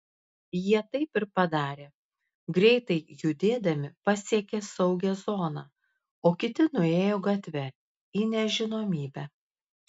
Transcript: jie taip ir padarė greitai judėdami pasiekė saugią zoną o kiti nuėjo gatve į nežinomybę